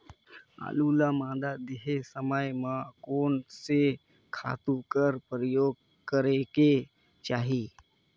आलू ल मादा देहे समय म कोन से खातु कर प्रयोग करेके चाही?